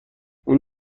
اون